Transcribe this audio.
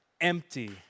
empty